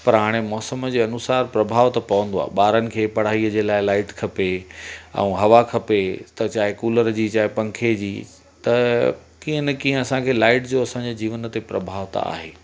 पर हाणे मौसमु जे अनुसार प्रभाव त पवंदो आहे ॿारनि खे पढ़ाईअ जे लाइ लाइट खपे ऐं हवा खपे त चाहे कुलर जी चाहे पंखे जी त कीअं न कीअं असांखे लाइट जो असांजे जीवन ते प्रभाव त आहे